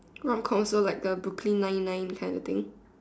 rom com so like the Brooklyn nine nine kind of thing